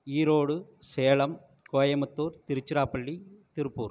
Erode Salem Coimbatore Tiruchirappalli Tiruppur